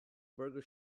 burger